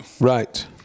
Right